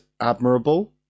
admirable